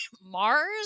Mars